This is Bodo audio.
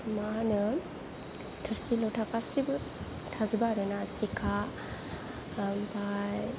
मा होनो थोरसि लथा गासिबो थाजोबो आरोना सिखा ओमफ्राय